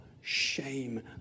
shame